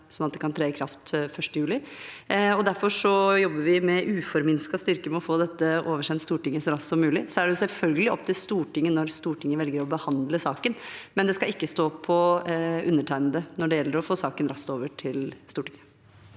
at det kan tre i kraft 1. juli. Derfor jobber vi med uforminsket styrke med å få dette oversendt Stortinget så raskt som mulig. Det er selvfølgelig opp til Stortinget når Stortinget velger å behandle saken, men det skal ikke stå på undertegnede når det gjelder å få saken raskt over til Stortinget.